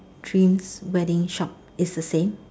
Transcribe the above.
dreams wedding shop is the same